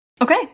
Okay